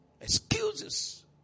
Excuses